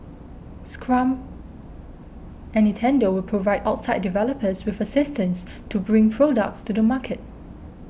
Scrum and Nintendo will provide outside developers with assistance to bring products to the market